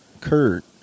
Kurt